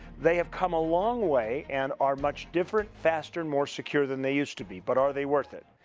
they have come a long way and are much different faster and more secure than they used to be but are they worth it.